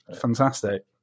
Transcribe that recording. fantastic